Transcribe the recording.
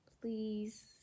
Please